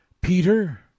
Peter